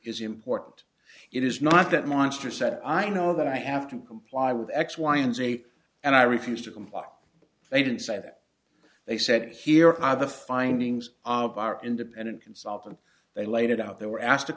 is important it is not that monster said i know that i have to comply with x y and z and i refuse to comply or they didn't say that they said here are the findings of our independent consultant they laid it out there were asked a